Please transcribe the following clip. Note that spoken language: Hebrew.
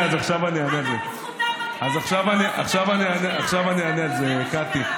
אתה בזכותם בכנסת, עכשיו אני אענה על זה, קטי.